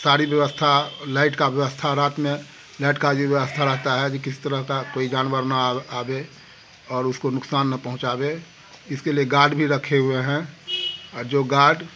सारी व्यवस्था लाइट की व्यवस्था रात में लाइट की भी व्यवस्था रहती है कि किसी तरह का जानवर ना आवे और उसको नुक़सान ना पहुचावे इसके लिए गार्ड भी रखे हुए है और जो गाड